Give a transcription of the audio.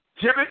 Jimmy